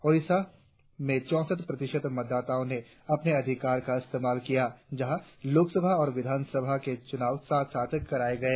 ओडिसा में चौसठ प्रतिशत मतदाताओं ने अपने अधिकार का इस्तेमाल किया जहां लोकसभा और विधान सभा के चुनाव साथ साथ कराये गये